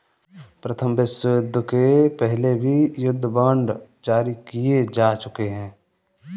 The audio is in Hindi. प्रथम विश्वयुद्ध के पहले भी युद्ध बांड जारी किए जा चुके हैं